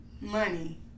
Money